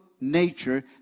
nature